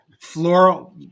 floral